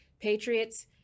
Patriots